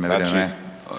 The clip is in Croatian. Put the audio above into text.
Vrijeme, g.